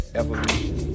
evolution